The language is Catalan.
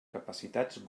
capacitats